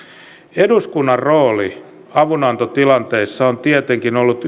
eduskunnan rooli avunantotilanteissa on tietenkin ollut